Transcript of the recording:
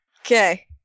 Okay